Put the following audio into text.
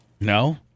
No